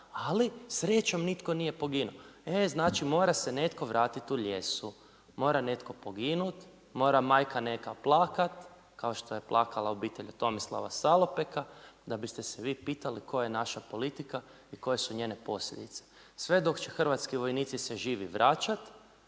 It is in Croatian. ali srećom nitko nije poginuo, e znači mora se netko vratiti u lijesu, mora netko poginuti, mora majka neka plakati, kao što je plakala obitelj Tomislava Salopeka, da biste se vi pitali koja je naša politika i koje su njene posljedice. Sve dok će Hrvatski vojnici se živi vračat,